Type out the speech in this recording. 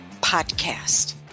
podcast